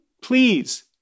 Please